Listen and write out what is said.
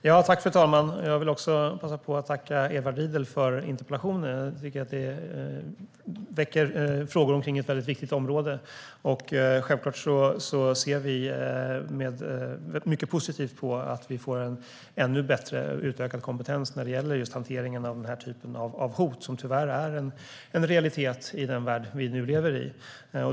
Fru talman! Jag vill passa på och tacka Edward Riedl för interpellationen. Den väcker frågor om ett viktigt område. Självklart ser vi mycket positivt på att vi får ännu bättre och utökad kompetens när det gäller just hanteringen av den typen av hot. De är tyvärr en realitet i den värld vi nu lever i.